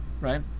right